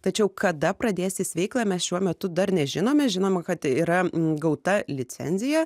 tačiau kada pradės jis veiklą mes šiuo metu dar nežinome žinoma kad yra gauta licenzija